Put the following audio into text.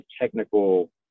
technical